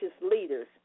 leaders